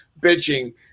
bitching